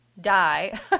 die